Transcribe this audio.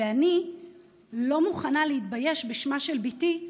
ואני לא מוכנה להתבייש בשמה של בתי,